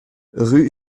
rue